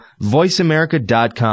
voiceamerica.com